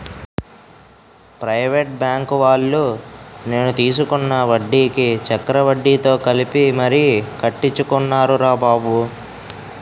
private బాంకువాళ్ళు నేను తీసుకున్న వడ్డీకి చక్రవడ్డీతో కలిపి మరీ కట్టించుకున్నారురా బాబు